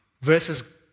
versus